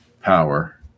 power